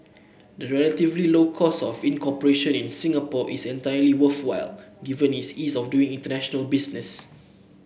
the relatively low cost of incorporation in Singapore is entirely worthwhile given its ease of doing international business